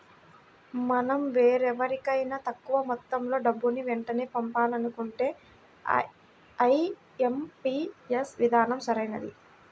మనం వేరెవరికైనా తక్కువ మొత్తంలో డబ్బుని వెంటనే పంపించాలంటే ఐ.ఎం.పీ.యస్ విధానం సరైనది